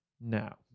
now